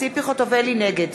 נגד